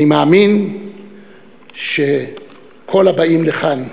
אני מאמין שכל הבאים לכאן,